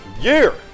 year